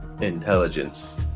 intelligence